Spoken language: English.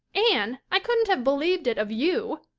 anne, i couldn't have believed it of you.